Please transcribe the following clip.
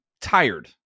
tired